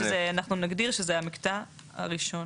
שאנחנו נגדיר שזה המקטע הראשון.